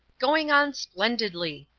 going on splendidly,